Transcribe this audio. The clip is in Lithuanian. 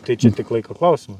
tai čia tik laiko klausimas